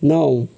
नौ